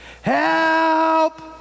HELP